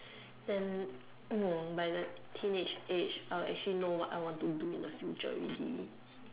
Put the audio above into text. then no by the teenage age I will actually know what I want to do in the future already